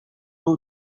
był